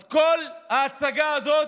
אז כל ההצגה הזאת